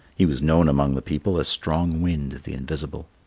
he was known among the people as strong wind, the invisible.